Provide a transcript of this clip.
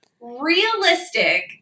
realistic